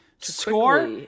Score